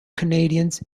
canadians